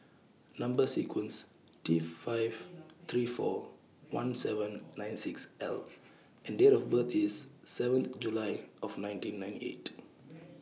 Number sequence T five three four one seven nine six L and Date of birth IS seventh July of nineteen ninety eight